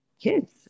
kids